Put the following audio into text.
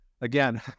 again